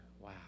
Wow